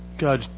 God